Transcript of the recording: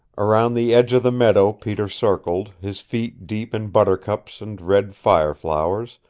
around the edge of the meadow peter circled, his feet deep in buttercups and red fire-flowers,